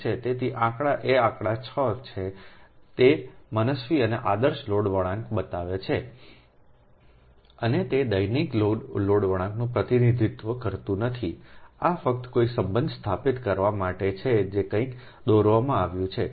તેથી આંકડા આ આંકડો 6 છે જે તે મનસ્વી અને આદર્શ લોડ વળાંક બતાવે છે અને તે દૈનિક લોડ વળાંકનું પ્રતિનિધિત્વ કરતું નથી આ ફક્ત કોઈ સંબંધ સ્થાપિત કરવા માટે છે જે કંઈક દોરવામાં આવ્યું છે